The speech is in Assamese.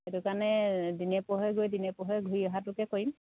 সেইটো কাৰণে দিনে পোহৰে গৈ দিনে পোহৰে ঘূৰি অহাটোকে কৰিম